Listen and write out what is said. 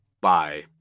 Bye